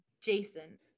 Jason